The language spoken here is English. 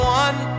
one